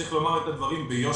צריך לומר את הדברים ביושר.